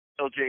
LJ